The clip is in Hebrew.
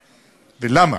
ואכן,